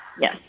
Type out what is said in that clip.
yes